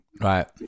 Right